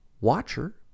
Watcher